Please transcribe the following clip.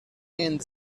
and